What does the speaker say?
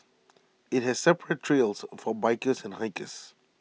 IT has separate trails for bikers and hikers